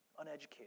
uneducated